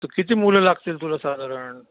तर किती मुलं लागतील तुला साधारण